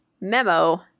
memo